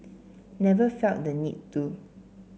never felt the need to